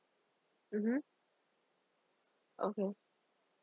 mmhmm okay